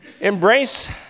embrace